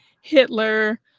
hitler